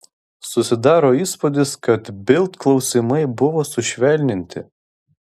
susidaro įspūdis kad bild klausimai buvo sušvelninti